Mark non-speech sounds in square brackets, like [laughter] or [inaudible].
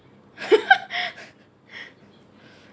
[laughs]